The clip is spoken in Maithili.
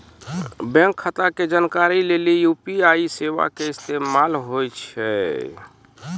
बैंक खाता के जानकारी लेली यू.पी.आई सेबा के इस्तेमाल होय छै